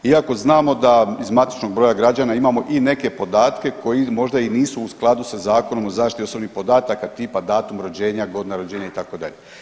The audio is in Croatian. Iako znamo da iz matičnog broja građana imamo i neke podatke koji možda i nisu u skladu sa Zakonom o zaštiti osobnih podataka tipa datum rođenja, godina rođenja itd.